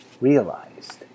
realized